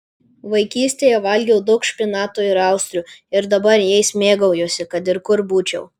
vaikystėje valgiau daug špinatų ir austrių ir dabar jais mėgaujuosi kad ir kur būčiau